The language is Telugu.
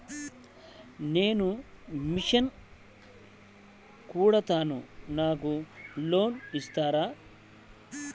నేను మిషన్ కుడతాను నాకు లోన్ ఇస్తారా?